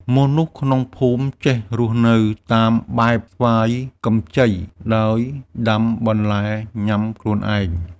មនុស្សក្នុងភូមិចេះរស់នៅតាមបែប "ស្វ័យកម្ចី" ដោយដាំបន្លែញ៉ាំខ្លួនឯង។